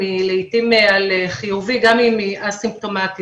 היא לעתים על חיובי גם אם היא א-סימפטומטית.